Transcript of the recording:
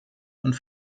und